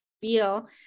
feel